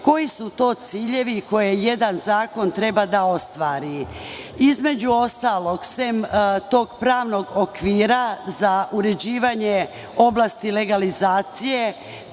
koji su to ciljevi koje jedan zakon treba da ostvari? Između ostalog, osim tog pravnog okvira za uređivanje oblasti legalizacije,